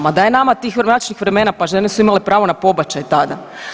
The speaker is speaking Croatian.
Ma da je nama tih mračnih vremena pa žene su imale pravo na pobačaj tada.